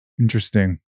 Interesting